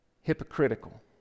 hypocritical